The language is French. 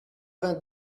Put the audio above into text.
vingt